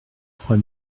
trois